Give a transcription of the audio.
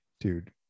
dude